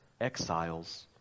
exiles